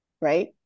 right